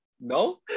No